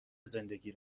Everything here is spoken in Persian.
زندگی